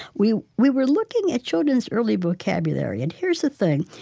we we were looking at children's early vocabulary, and here's the thing.